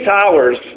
Towers